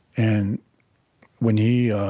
and when he